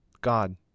God